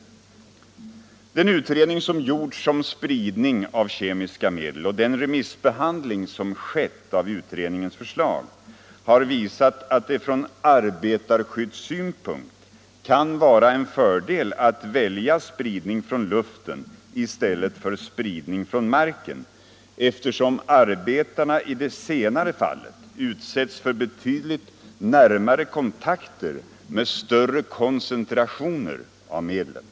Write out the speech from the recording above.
Torsdagen den Den utredning som gjorts om spridning av kemiska medel och den 29 maj 1975 remissbehandling som skett av utredningens förslag har visat att det från arbetarskyddssynpunkt kan vara en fördel att välja spridning från Förbud mot luften i stället för spridning från marken, eftersom arbetarna i det senare = spridning av fallet utsätts för betydligt närmare kontakter med större koncentrationer — bekämpningsmedel av medlen.